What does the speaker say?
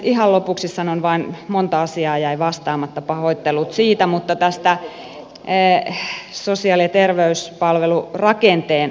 ihan lopuksi sanon vain monta asiaa jäi vastaamatta pahoittelut siitä tämän sosiaali ja terveyspalvelurakenteen osalta